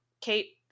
Kate